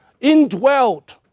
indwelled